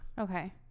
Okay